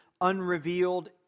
unrevealed